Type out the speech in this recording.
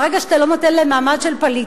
ברגע שאתה לא נותן להם מעמד של פליט,